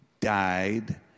died